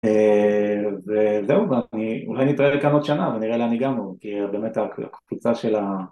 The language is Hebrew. וזהו ואולי נתראה כאן עוד שנה ונראה לאן הגענו כי באמת הקפיצה של ה...